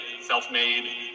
self-made